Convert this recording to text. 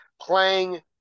playing